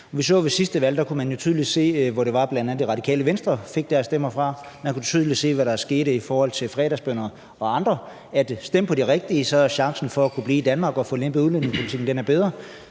Ved sidste valg kunne man jo tydeligt se, hvor det var, at bl.a. Det Radikale Venstre fik deres stemmer fra; man kunne tydeligt se, hvad der skete i forhold til fredagsbøn og andet – nemlig at stemte man på de rigtige, var chancen for at kunne blive i Danmark og få lempet udlændingepolitikken bedre,